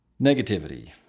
negativity